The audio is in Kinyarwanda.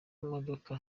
imodoka